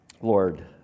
Lord